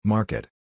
Market